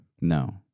No